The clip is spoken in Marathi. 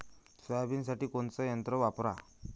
सोयाबीनसाठी कोनचं यंत्र वापरा?